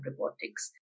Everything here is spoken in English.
robotics